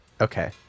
Okay